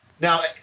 Now